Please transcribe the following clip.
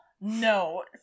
no